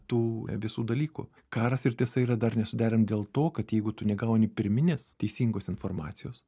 tų visų dalykų karas ir tiesa yra dar nesuderinami dėl to kad jeigu tu negauni pirminės teisingos informacijos